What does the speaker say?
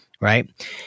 Right